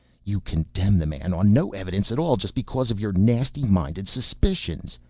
you condemn the man on no evidence at all, just because of your nasty minded suspicions.